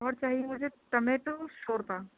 اور چاہیے مجھے ٹمیٹو شوربہ